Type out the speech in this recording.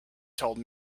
told